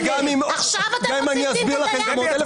עכשיו אתם רוצים דין ודיין?